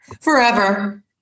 Forever